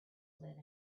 live